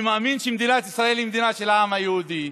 אני מאמין שמדינת ישראל היא מדינה של העם היהודי,